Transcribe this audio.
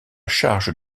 charge